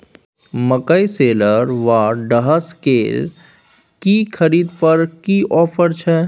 मकई शेलर व डहसकेर की खरीद पर की ऑफर छै?